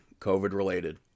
COVID-related